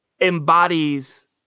embodies